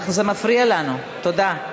זה מפריע לנו, תודה.